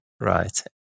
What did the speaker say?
Right